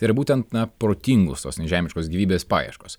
tai yra būtent na protingos tos nežemiškos gyvybės paieškos